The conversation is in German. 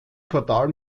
quartal